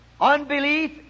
unbelief